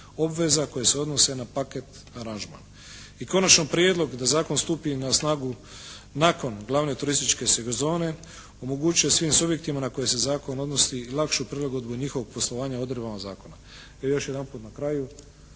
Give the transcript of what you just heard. obveza koje se odnose na paket aranžman. I konačno prijedlog da zakon stupi na snagu nakon glavne turističke sezone omogućuje svim subjektima na koje se zakon odnosi i lakšu prilagodbu njihovog poslovanja odredbama zakona.